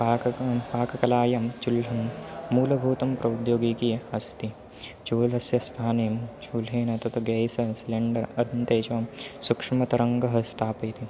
पाकं पाककलायं चुल्ली मूलभूतं प्रौद्योगीकी अस्ति चुल्लेः स्थानें चूल्लिना तत् गैस् सिलेण्डर् अधुना तेषां सुक्ष्मतरङ्गः स्थापयति